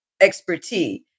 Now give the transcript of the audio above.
expertise